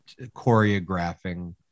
choreographing